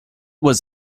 was